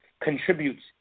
contributes